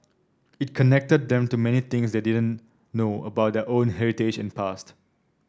it connected them to many things they didn't know about their own heritage and past